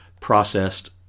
processed